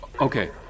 Okay